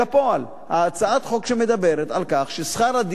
הצעת חוק שמדברת על כך ששכר הדירה,